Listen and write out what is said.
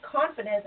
confidence